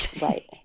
Right